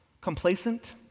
complacent